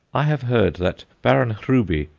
i have heard that baron hruby,